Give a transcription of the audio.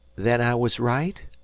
then i was right?